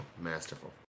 masterful